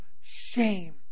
shame